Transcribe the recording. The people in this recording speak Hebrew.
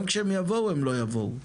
גם כשהם יבואו הם לא יבואו.